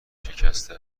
شکسته